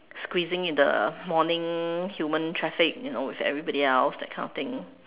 squeezing in the morning human traffic you know with everybody else that kind of thing